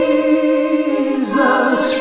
Jesus